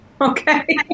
okay